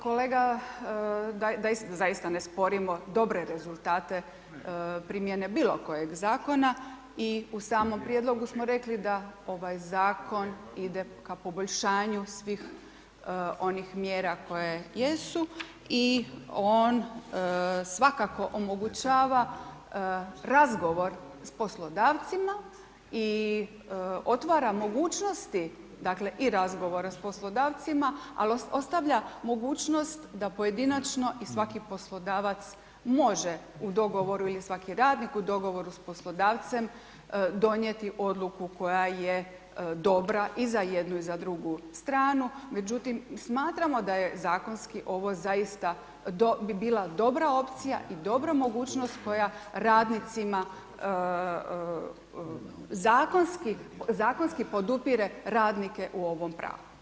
Kolega zaista ne sporimo dobre rezultate primjene bilo kojeg zakona i u samom prijedlogu smo rekli, da ovaj zakon ide ka poboljšanju svih onih mjera koje jesu i on svakako omogućava razgovora s poslodavcima i otvara mogućnosti, dakle, i razgovore s poslodavcima, a ostavlja mogućnost da pojedinačno svaki poslodavac, može u dogovoru ili svaki radnik u dogovoru s poslodavcem, donijeti odluku koja je dobra i za jednu i za drugu stranu, međutim, smatramo da je zakonski ovo zaista bi bila dobra opcija i dobra mogućnost koja radnicima, zakonski podupire radnike u ovom pragu.